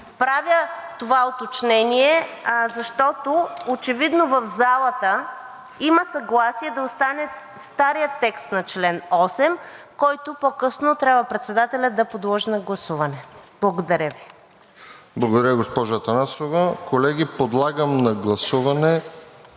Правя това уточнение, защото очевидно в залата има съгласие да остане старият текст на чл. 8, който по-късно трябва председателят да подложи на гласуване. Благодаря Ви. ПРЕДСЕДАТЕЛ РОСЕН ЖЕЛЯЗКОВ: Благодаря, госпожо Атанасова. Колеги, подлагам на гласуване